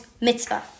mitzvah